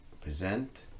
present